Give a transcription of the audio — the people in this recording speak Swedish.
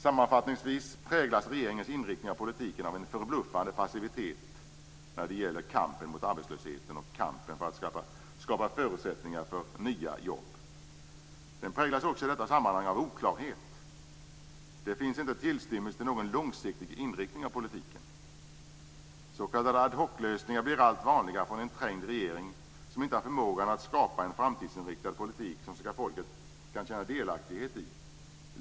Sammanfattningsvis präglas regeringens inriktning av politiken av en förbluffande passivitet när det gäller kampen mot arbetslösheten och kampen för att skapa förutsättningar för nya jobb. Den präglas också i detta sammanhang av oklarhet. Det finns inte en tillstymmelse till någon långsiktig inriktning av politiken. S.k. ad hoc-lösningar blir allt vanligare från en trängd regering som inte har förmågan att skapa en framtidsinriktad politik som svenska folket kan känna delaktighet i.